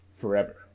forever